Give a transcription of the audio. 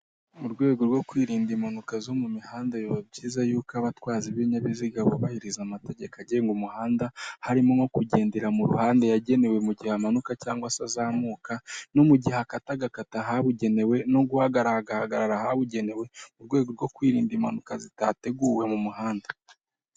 Mu rwego rwo kwirinda impanuka zo mu mihanda biba byiza yuko abatwazi b'ibinyabiziga bubahiriza amategeko agenga umuhanda, harimo nko kugendera mu ruhande yagenewe mu gihe amanuka cyangwag se azamuka no mu gihe akata agakata ahabugenewe no guhagarara agahagarara ahabugenewe mu rwego rwo kwirinda impanuka zitateguwe mu muhanda.